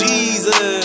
Jesus